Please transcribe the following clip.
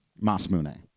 Masmune